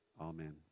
amen